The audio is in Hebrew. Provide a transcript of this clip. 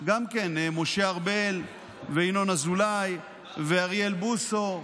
גם כן משה ארבל וינון אזולאי ואריאל בוסו,